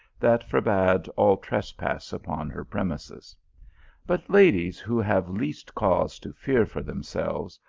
that forbade all trespass upon her premises but ladies who have least cause to fear for themselves,